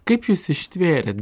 kaip jūs ištvėrėt